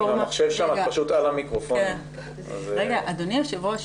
הפלטפורמה --- אדוני היו"ר,